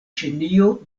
ĉinio